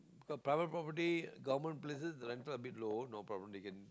private property government places the rental a bit low no problem they can